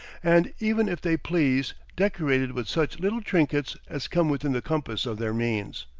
and even, if they please, decorated with such little trinkets as come within the compass of their means.